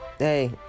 Hey